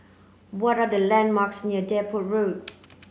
what are the landmarks near Depot Road